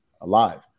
alive